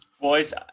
Boys